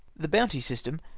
the bounty system,